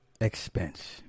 expense